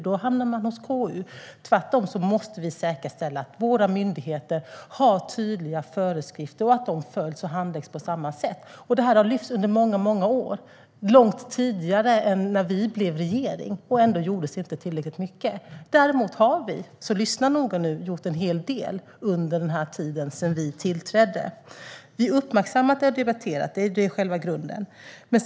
Då hamnar man hos konstitutionsutskottet. Tvärtom måste vi säkerställa att våra myndigheter har tydliga föreskrifter och att dessa följs och handläggs på samma sätt. Det här har lyfts under många år, långt tidigare än när vi blev regering, och ändå gjordes inte tillräckligt mycket. Däremot har vi gjort en hel del under tiden sedan vi tillträdde. Lyssna noga nu: Vi har uppmärksammat och debatterat det, och det är själva grunden.